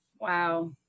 Wow